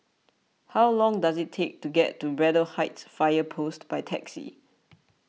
how long does it take to get to Braddell Heights Fire Post by taxi